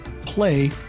play